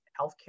healthcare